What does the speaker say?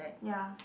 ya